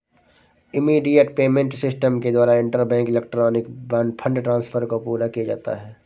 immediate payment system के द्वारा interbank electronic fund transfer को पूरा किया जाता है